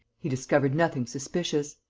he discovered nothing suspicious.